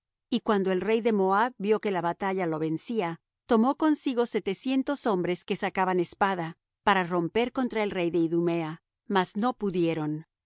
y cuando el rey de moab vió que la batalla lo vencía tomó consigo setecientos hombres que sacaban espada para romper contra el rey de idumea mas no pudieron